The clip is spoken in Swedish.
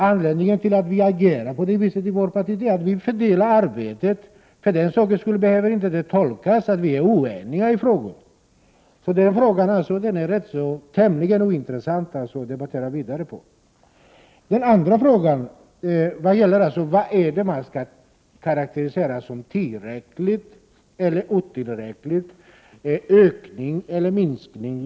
Anledningen till att vi agerar på det viset i vårt parti är att vi fördelar arbetet. Det behöver inte tolkas som att vi är oeniga. Den saken är det alltså tämligen ointressant att debattera vidare om. Den andra frågan gäller vad man skall karakterisera som tillräckligt eller otillräckligt, som ökning eller minskning.